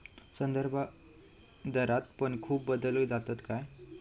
संदर्भदरात पण खूप बदल जातत काय?